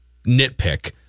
nitpick